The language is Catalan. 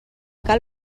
cal